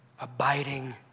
abiding